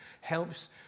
helps